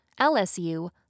LSU